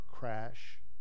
crash